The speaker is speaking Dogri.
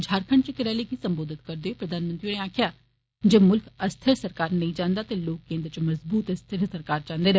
झारखंड च इक्क रैली गी संबोधित करदे होई प्रधानमंत्री होरें आक्खेआ जे मुल्ख अस्थिर सरकार नेंई चाहंदा ते लोक केंद्र च मजबूत ते स्थिर सरकार चाहंदे न